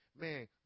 Man